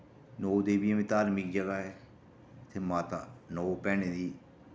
नौ देवियां बी धार्मिक जगह ऐ इत्थे माता नौ भैनें दी